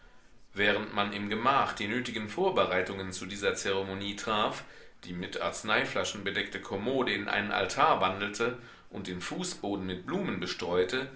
während man im gemach die nötigen vorbereitungen zu dieser zeremonie traf die mit arzneiflaschen bedeckte kommode in einen altar wandelte und den fußboden mit blumen bestreute